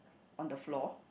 on the floor